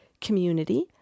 community